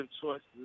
choices